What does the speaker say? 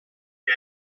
che